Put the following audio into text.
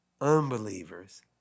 unbelievers